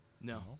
No